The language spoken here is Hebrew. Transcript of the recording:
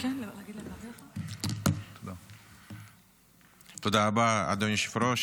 תודה רבה, אדוני היושב-ראש.